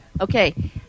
Okay